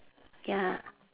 ya